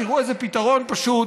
תראו איזה פתרון פשוט,